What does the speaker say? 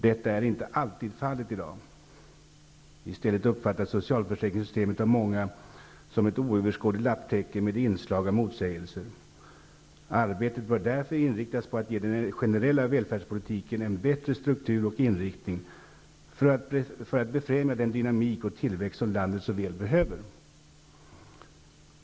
Detta är inte alltid fallet i dag. I stället uppfattas socialförsäkringssystemet av många som ett oöverskådligt lapptäcke med inslag av motsägelser. Arbetet bör därför inriktas på att ge den generella välfärdspolitiken en bättre struktur och inriktning för att befrämja den dynamik och tillväxt som landet så väl behöver.